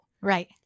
Right